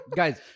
guys